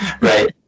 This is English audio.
right